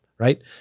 right